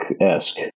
esque